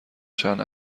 چند